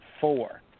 four